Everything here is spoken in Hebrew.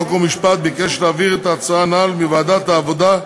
חוק ומשפט ביקש להעביר את ההצעה הנ"ל מוועדת העבודה,